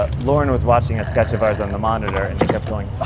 ah lorne was watching a sketch of ours on the monitor, and he kept going. ah